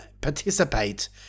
participate